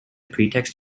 pretext